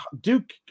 Duke